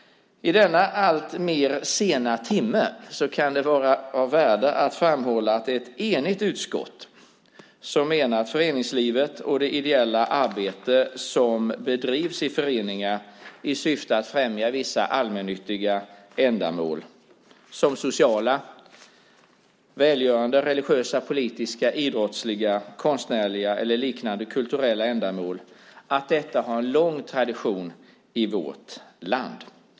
I denna allt senare timme kan det vara av värde att framhålla att det är ett enigt utskott som menar att föreningslivet och det ideella arbete som bedrivs i föreningar i syfte att främja vissa allmännyttiga ändamål som sociala, välgörande, religiösa, politiska, idrottsliga, konstnärliga eller liknande kulturella ändamål har en lång tradition i vårt land.